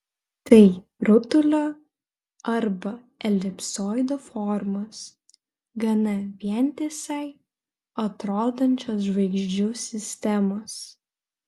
tai rutulio arba elipsoido formos gana vientisai atrodančios žvaigždžių sistemos